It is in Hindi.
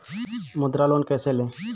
मुद्रा लोन कैसे ले?